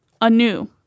anew